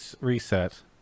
reset